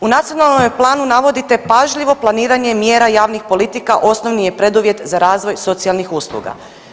U Nacionalnome planu navodite pažljivo planiranje mjera javnih politika osnovni je preduvjet za razvoj socijalnih usluga.